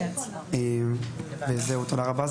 תודה רבה.